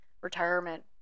retirement